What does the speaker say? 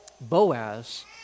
Boaz